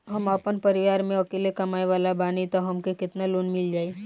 हम आपन परिवार म अकेले कमाए वाला बानीं त हमके केतना लोन मिल जाई?